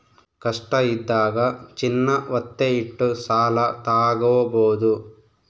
ಕಷ್ಟ ಇದ್ದಾಗ ಚಿನ್ನ ವತ್ತೆ ಇಟ್ಟು ಸಾಲ ತಾಗೊಬೋದು